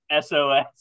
SOS